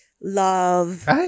love